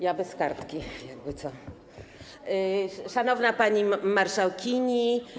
Ja bez kartki, jakby co. Szanowna Pani Marszałkini!